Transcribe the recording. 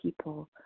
people